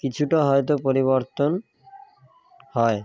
কিছুটা হয়তো পরিবর্তন হয়